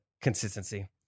consistency